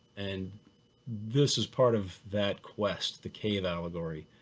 and this is part of that quest, the cave allegory.